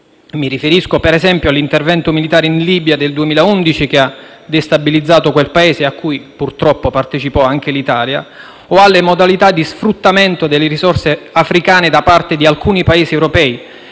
Mi riferisco, per esempio, all'intervento militare in Libia del 2011 che ha destabilizzato quel Paese, cui purtroppo partecipò anche l'Italia, o alle modalità di sfruttamento delle risorse africane da parte di alcuni Paesi europei,